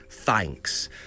Thanks